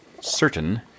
certain